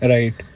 Right